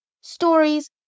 stories